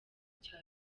cya